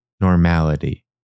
normality